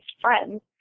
friends